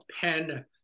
pen